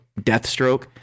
Deathstroke